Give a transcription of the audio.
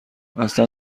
اصلا